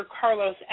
Carlos